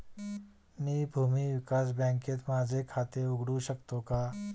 मी भूमी विकास बँकेत माझे खाते उघडू शकतो का?